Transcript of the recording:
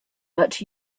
but